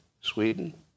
Sweden